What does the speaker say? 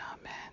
Amen